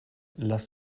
lass